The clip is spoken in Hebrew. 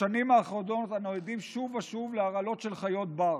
בשנים האחרונות אנו עדים שוב ושוב להרעלות של חיות בר,